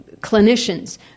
clinicians